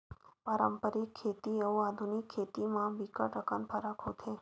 पारंपरिक खेती अउ आधुनिक खेती म बिकट अकन फरक होथे